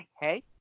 Hey